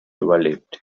überlebt